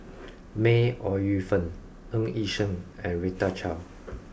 May Ooi Yu Fen Ng Yi Sheng and Rita Chao